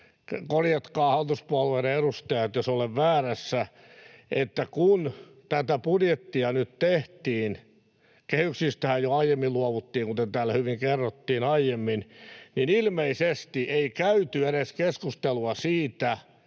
korjatkaa, hallituspuolueiden edustajat, jos olen väärässä — että kun tätä budjettia nyt tehtiin — kehyksistähän jo aiemmin luovuttiin, kuten täällä hyvin kerrottiin aiemmin — niin ilmeisesti ei käyty edes keskustelua siitä,